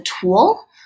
tool